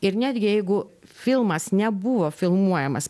ir netgi jeigu filmas nebuvo filmuojamas